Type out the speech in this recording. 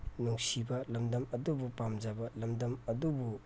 ꯅꯨꯡꯁꯤꯕ ꯂꯝꯗꯝ ꯑꯗꯨꯕꯨ ꯄꯥꯝꯖꯕ ꯂꯝꯗꯝ ꯑꯗꯨꯕꯨ